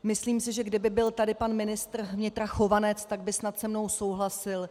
Myslím si, že kdyby tady byl pan ministr vnitra Chovanec, tak by snad se mnou souhlasil.